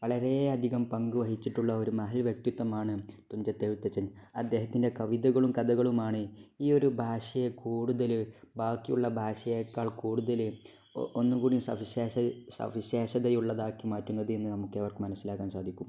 വളരെയധികം പങ്കുവഹിച്ചിട്ടുള്ള ഒരു മഹദ് വ്യക്തിത്വമാണ് തുഞ്ചത്ത് എഴുത്തച്ഛൻ അദ്ദേഹത്തിൻ്റെ കവിതകളും കഥകളുമാണ് ഈയൊരു ഭാഷയെ കൂടുതല് ബാക്കിയുള്ള ഭാഷയെക്കാൾ കൂടുതല് ഒന്നും കൂടി സവിശേഷതയുള്ളതാക്കി മാറ്റുന്നതെന്ന് നമുക്കേവർക്കും മനസ്സിലാക്കാൻ സാധിക്കും